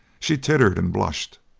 she tittered and blushed.